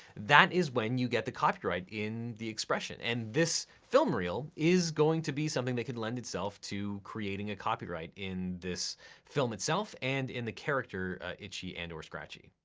that is when you get the copyright in the expression, and this film reel is going to be something that could lend itself to creating a copyright in this film itself and in the character of itchy and or scratchy.